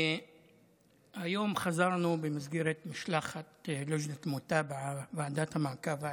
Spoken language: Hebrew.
היום חזרנו במסגרת משלחת (אומר בערבית